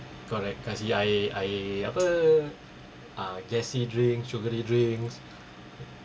correct kasi air air apa uh gassy drink sugary drinks